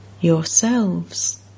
Yourselves